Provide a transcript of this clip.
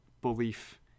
belief